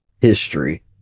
history